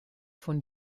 von